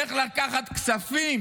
איך לקחת כספים